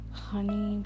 honey